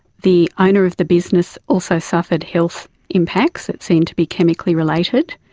the owner of the business also suffered health impacts that seemed to be chemically related.